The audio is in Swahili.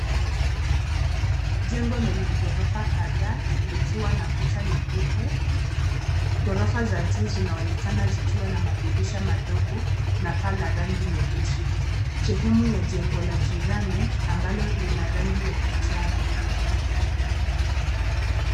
Jengo lenye gorofa kadhaa likiwa na kuta nyeupe. Gorofa za juu zinaonekana ziiwa na madirisha madogo na paa la rangi nyeusi. Sehemu ya jengo la jirani ambalo lina rangi ya kijani.